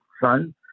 son